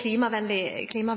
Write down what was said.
klimavennlig teknologi. Derfor står vi ikke bare passive når det